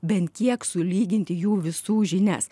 bent kiek sulyginti jų visų žinias